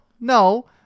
no